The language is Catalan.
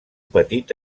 petit